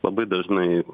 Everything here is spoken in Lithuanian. labai dažnai